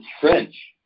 French